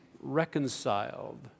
reconciled